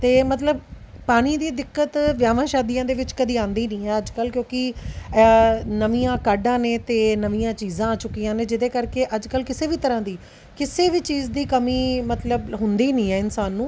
ਅਤੇ ਮਤਲਬ ਪਾਣੀ ਦੀ ਦਿੱਕਤ ਵਿਆਹਾਂ ਸ਼ਾਦੀਆਂ ਦੇ ਵਿੱਚ ਕਦੀ ਆਉਂਦੀ ਨਹੀਂ ਅੱਜ ਕੱਲ੍ਹ ਕਿਉਂਕਿ ਨਵੀਆਂ ਕਾਢਾਂ ਨੇ ਅਤੇ ਨਵੀਆਂ ਚੀਜ਼ਾਂ ਆ ਚੁੱਕੀਆਂ ਨੇ ਜਿਹਦੇ ਕਰਕੇ ਅੱਜ ਕੱਲ੍ਹ ਕਿਸੇ ਵੀ ਤਰ੍ਹਾਂ ਦੀ ਕਿਸੇ ਵੀ ਚੀਜ਼ ਦੀ ਕਮੀ ਮਤਲਬ ਹੁੰਦੀ ਨਹੀਂ ਆ ਇਨਸਾਨ ਨੂੰ